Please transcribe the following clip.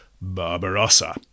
Barbarossa